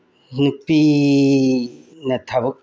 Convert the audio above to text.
ꯅꯨꯄꯤꯅ ꯊꯕꯛ